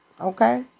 Okay